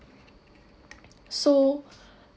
so